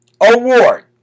Award